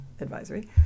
advisory